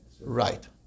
Right